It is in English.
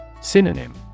Synonym